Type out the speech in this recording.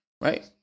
Right